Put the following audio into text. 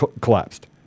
collapsed